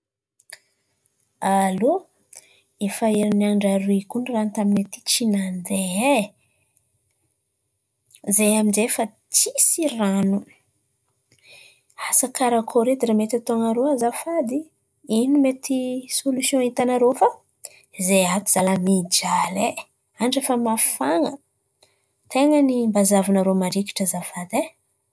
Alô, efa herinandra aroe kony rano aminay aty tsy nandeha e. Izahay amin'izay efa tsisy rano, asa karakôry edy ràha mety ataonarô azafady? Ino mety sôlision hitanarô fa izahay ato zalahy mijaly e, andra efa mafan̈a, ten̈a ny mba zahavànarô marikitry azafady e.